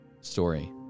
story